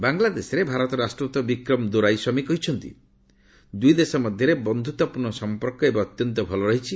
ବାଙ୍ଗଲାଦେଶରେ ଭାରତର ରାଷ୍ଟ୍ରଦୂତ ବିକ୍ରମ ଦୋରାଇ ସ୍ୱାମୀ କହିଛନ୍ତି ଦୁଇ ଦେଶ ମଧ୍ୟରେ ବନ୍ଧୁତାପୂର୍ଣ୍ଣ ସମ୍ପର୍କ ଏବେ ଅତ୍ୟନ୍ତ ଭଲ ଅଛି